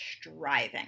striving